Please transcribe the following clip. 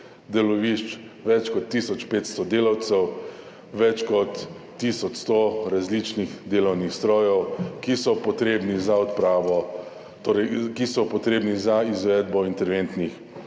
delovišč, več kot tisoč 500 delavcev, več kot tisoč 100 različnih delovnih strojev, ki so potrebni za izvedbo interventnih